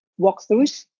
walkthroughs